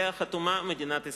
שעליה חתומה מדינת ישראל.